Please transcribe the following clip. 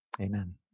amen